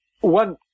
one